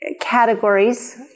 categories